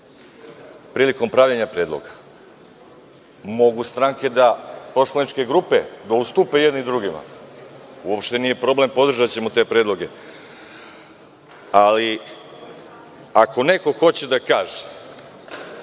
prilikom pravljenja predloga. Mogu stranke, poslaničke grupe da ustupe jedni drugima. Uopšte nije problem, podržaćemo te predloge, ali ako neko hoće da kaže